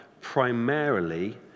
primarily